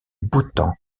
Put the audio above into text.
bhoutan